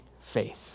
faith